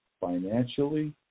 financially